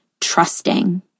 trusting